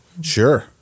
Sure